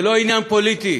זה לא עניין פוליטי,